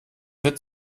wird